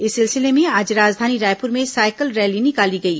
इस सिलसिले में आज राजधानी रायपुर में सायकल रैली निकाली गई